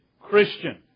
Christian